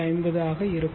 1250 ஆக இருக்கும்